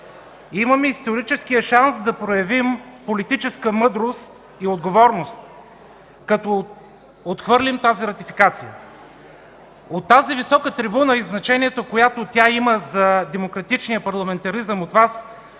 Имаме историческия шанс да проявим политическа мъдрост и отговорност като отхвърлим тази Ратификация. От тази висока трибуна и значението, което тя има за демократичния парламентаризъм от Вас,